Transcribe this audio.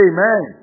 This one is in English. Amen